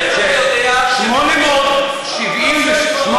נחמן שי (המחנה הציוני): אני אומר ש-877,